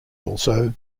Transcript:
also